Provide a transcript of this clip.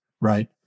right